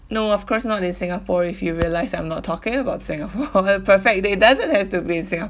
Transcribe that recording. no of course not in singapore if you realise that I'm not talking about singapore a perfect day doesn't has to be in singapore